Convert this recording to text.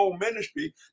ministry